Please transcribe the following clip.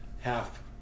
half-